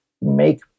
make